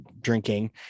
drinking